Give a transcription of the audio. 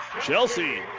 Chelsea